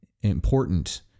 important